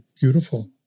beautiful